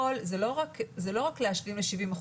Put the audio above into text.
זה לא רק להשלים ל-70%,